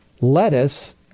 lettuce